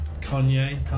Kanye